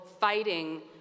fighting